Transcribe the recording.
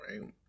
right